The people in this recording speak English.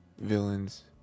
villains